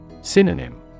Synonym